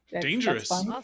Dangerous